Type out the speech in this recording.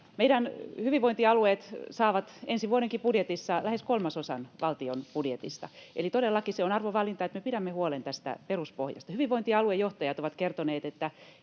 Meidän hyvinvointialueet saavat ensi vuodenkin budjetissa lähes kolmasosan valtion budjetista, eli todellakin se on arvovalinta, että me pidämme huolen tästä peruspohjasta. Hyvinvointialuejohtajat ovat kertoneet, että